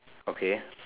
okay